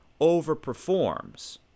overperforms